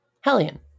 Hellion